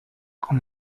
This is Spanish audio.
con